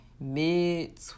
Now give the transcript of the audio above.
mid